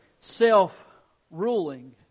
self-ruling